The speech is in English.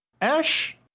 Ash